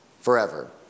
forever